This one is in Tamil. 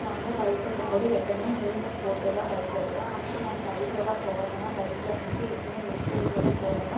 நான் வந்து பைக் ஓட்டும்போது எப்பவுமே ஹெல்மெட் போட்டு தான் பைக் ஓட்டுவேன் அப்புறம் நான் சைடில் தான் போவேன் ஏன்னா பைக்ல வந்துட்டு எப்பவுமே லெஃப்ட் சைடில் தான் போகணும்